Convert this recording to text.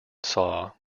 saw